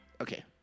Okay